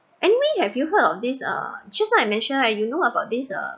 anyway have you heard of this uh just now I mentioned and you know about this uh